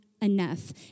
Enough